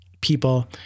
People